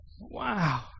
Wow